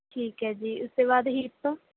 ਠੀਕ ਹੈ ਜੀ ਉਸ ਤੋਂ ਬਾਅਦ ਹਿੱਪ